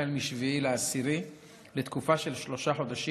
מ-7 באוקטובר לתקופה של שלושה חודשים,